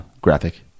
graphic